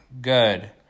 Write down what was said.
good